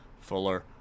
Fuller